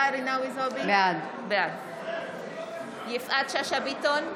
בעד יפעת שאשא ביטון,